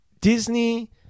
Disney